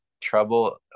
trouble